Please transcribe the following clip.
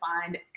find